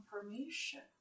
information